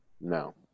No